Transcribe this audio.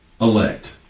elect